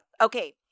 Okay